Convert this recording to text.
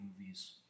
movies